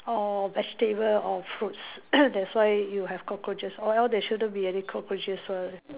all vegetable or fruits that's why you have cockroaches or else there shouldn't be cockroaches one